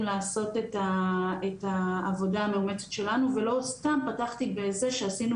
לעשות את העבודה המאומצת שלנו ולא סתם פתחתי בזה שעשינו